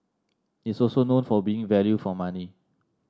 it's also known for being value for money